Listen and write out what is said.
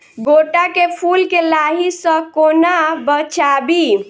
गोट केँ फुल केँ लाही सऽ कोना बचाबी?